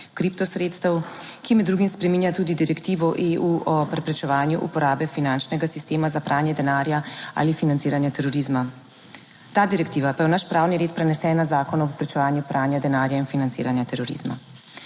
kripto sredstev. ki med drugim spreminja tudi Direktivo EU o preprečevanju uporabe finančnega sistema za pranje denarja ali financiranje terorizma. Ta direktiva pa je v naš pravni red prenesena v Zakon o preprečevanju pranja denarja in financiranja terorizma.